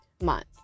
Month